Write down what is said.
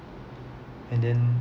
and then